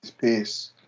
peace